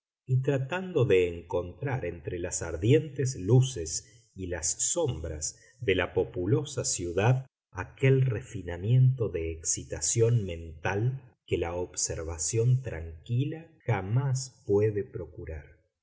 tratando de encontrar entre las ardientes luces y las sombras de la populosa ciudad aquel refinamiento de excitación mental que la observación tranquila jamás puede procurar